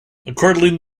accordingly